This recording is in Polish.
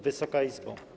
Wysoka Izbo!